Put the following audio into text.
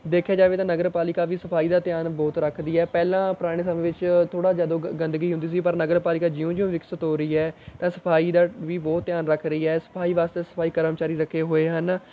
ਦੇਖਿਆ ਜਾਵੇ ਤਾਂ ਨਗਰ ਪਾਲਿਕਾ ਵੀ ਸਫਾਈ ਦਾ ਧਿਆਨ ਬਹੁਤ ਰੱਖਦੀ ਹੈ ਪਹਿਲਾਂ ਪੁਰਾਣੇ ਸਮੇਂ ਵਿੱਚ ਥੋੜਾ ਜਦੋ ਗ ਗੰਦਗੀ ਹੁੰਦੀ ਸੀ ਪਰ ਨਗਰ ਪਾਲਿਕਾ ਜਿਉਂ ਜਿਉਂ ਵਿਕਸਿਤ ਹੋ ਰਹੀ ਹੈ ਤਾਂ ਸਫਾਈ ਦਾ ਵੀ ਬਹੁਤ ਧਿਆਨ ਰੱਖ ਰਹੀ ਐ ਸਫਾਈ ਵਾਸਤੇ ਸਫਾਈ ਕਰਮਚਾਰੀ ਰੱਖੇ ਹੋਏ ਹਨ